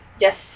yes